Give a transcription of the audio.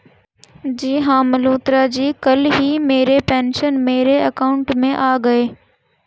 जी हां मल्होत्रा जी कल ही मेरे पेंशन मेरे अकाउंट में आ गए